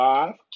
Five